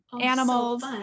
animals